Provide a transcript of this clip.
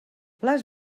les